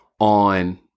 on